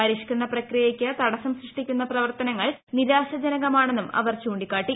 പരിഷ്കരണ പ്രക്രിയയ്ക്ക് തടസ്സം സൃഷ്ടിക്കുന്ന പ്രവർത്തനങ്ങൾ നിരാശ ജനകമാണെന്നും അവർ ചൂണ്ടിക്കാട്ടി